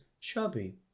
chubby